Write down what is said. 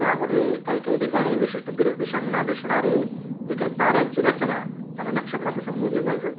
त्यामध्ये काही काही ठिकाणी विशिष्ट दि दिशांना दिसणारे जे काही ताऱ्यांची रचना त्यांना नक्षत्र असं संबोधलं जायचं